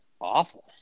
awful